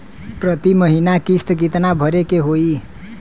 प्रति महीना किस्त कितना भरे के होई?